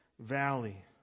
valley